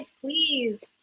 please